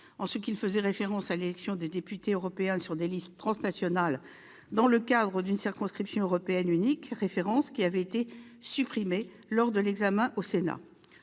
en ce qu'il faisait référence à l'élection de députés européens sur des listes transnationales dans le cadre d'une circonscription européenne unique, référence qui avait été supprimée lors de l'examen du texte